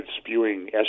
spewing